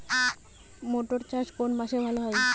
মটর চাষ কোন মাসে ভালো হয়?